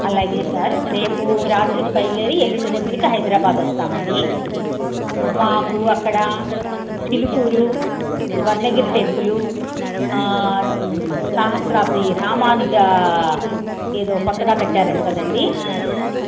అలాగే సార్ రేపు రాత్రికి బయలుదేరి ఏలుండి పొద్దునికి హైదరాబాద్ వస్తామండి మాకు అక్కడ చిలుకూరు స్వర్ణగిరి టెంపులు సహస్రాది రామానుజా ఏదో కొత్తగా కట్టారంట కదండి